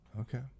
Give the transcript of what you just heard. Okay